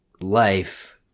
life